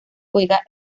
juega